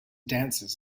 dances